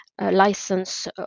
license